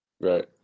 Right